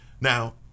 Now